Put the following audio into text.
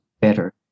better